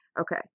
okay